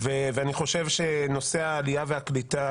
ואני חושב שהנושא העלייה והקליטה